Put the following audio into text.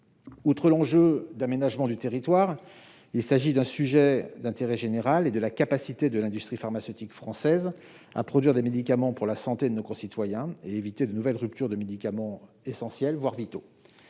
Outre l'enjeu d'aménagement du territoire, il s'agit d'un sujet d'intérêt général sur la capacité de l'industrie pharmaceutique française à produire des médicaments pour la santé de nos concitoyens et à éviter de nouvelles ruptures de médicaments essentiels, voire vitaux.